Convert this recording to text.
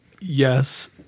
yes